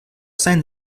sein